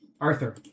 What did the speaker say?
Arthur